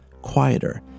quieter